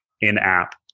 in-app